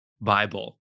Bible